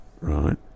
right